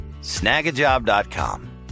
Snagajob.com